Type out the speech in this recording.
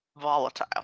volatile